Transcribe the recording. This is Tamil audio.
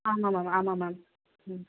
ஆமாம் மேம் ஆமாம் மேம் ம்